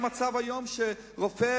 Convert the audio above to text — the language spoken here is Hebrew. המצב היום הוא שרופא,